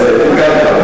אז תיקנת אותי.